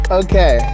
okay